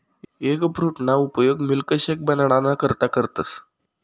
एगफ्रूटना उपयोग मिल्कशेक बनाडाना करता करतस